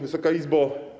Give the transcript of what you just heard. Wysoka Izbo!